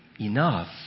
enough